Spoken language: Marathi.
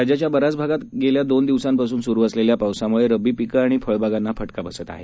राज्याच्या बऱ्याच भागात गेल्या दोन दिवसांपासून सुरू असलेल्या पावसामुळे रब्बी पिकं आणि फळबागांना फटका बसत आहे